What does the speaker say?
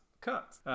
cut